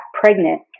pregnant